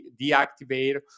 deactivate